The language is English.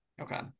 Okay